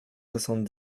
soixante